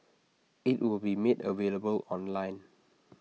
IT will be made available online